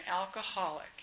alcoholic